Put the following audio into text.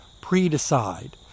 pre-decide